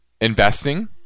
investing